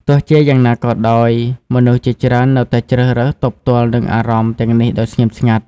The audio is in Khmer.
ទោះជាយ៉ាងណាក៏ដោយ មនុស្សជាច្រើននៅតែជ្រើសរើសទប់ទល់នឹងអារម្មណ៍ទាំងនេះដោយស្ងៀមស្ងាត់។